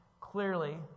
clearly